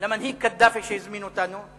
למנהיג קדאפי שהזמין אותנו,